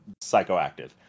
psychoactive